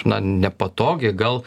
na nepatogiai gal